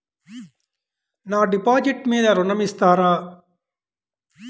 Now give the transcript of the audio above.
నా డిపాజిట్ మీద ఋణం ఇస్తారా?